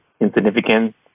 insignificant